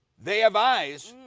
they have eyes,